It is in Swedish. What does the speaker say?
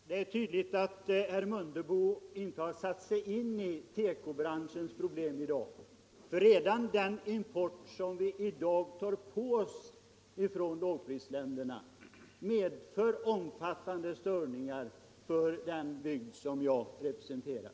Herr talman! Det är tydligt att herr Mundebo inte har satt sig in i tekobranschens problem i dag. Redan den import som vi i dag tar emot från lågprisländerna medför omfattande störningar för den bygd som jag representerar.